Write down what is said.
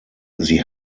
sie